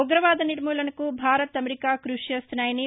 ఉగ్రవాద నిర్మూలనకు భారత్ అమెరికా క్బషి చేస్తున్నాయని